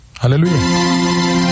hallelujah